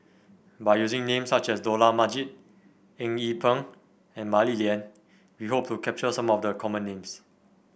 by using names such as Dollah Majid Eng Yee Peng and Mah Li Lian we hope to capture some of the common names